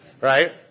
Right